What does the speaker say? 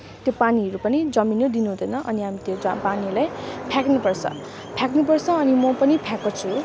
त्यो पानीहरू पनि जमिन दिनु हुँदैन अनि हामी त्यो पानीलाई फ्याँक्नु पर्छ फ्याँक्नु पर्छ अनि म पनि फ्याँक्छु